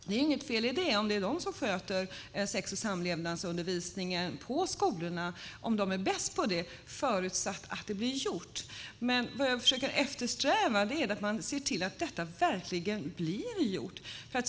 Det är inget fel om det är de som sköter sex och samlevnadsundervisningen på skolorna om de är bäst på det, förutsatt att det blir gjort. Vad jag försöker eftersträva är att man ser till att detta verkligen blir gjort.